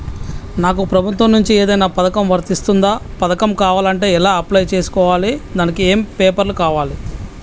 నాకు ప్రభుత్వం నుంచి ఏదైనా పథకం వర్తిస్తుందా? పథకం కావాలంటే ఎలా అప్లై చేసుకోవాలి? దానికి ఏమేం పేపర్లు కావాలి?